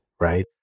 right